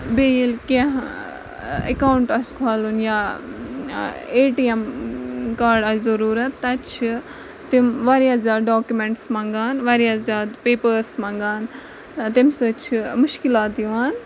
بیٚیہِ ییٚلہِ کینٛہہ اٮ۪کاوُنٛٹ آسہِ کھولُن یا اے ٹی اٮ۪م کاڈ آسہِ ضٔروٗرت تَتہِ چھِ تِم واریاہ زیادٕ ڈاکِمٮ۪نٛٹٕس منٛگان واریاہ زیادٕ پیپٔرس منٛگان تمہِ سۭتۍ چھِ مُشکلات یِوان